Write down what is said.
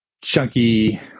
chunky